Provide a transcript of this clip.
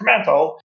incremental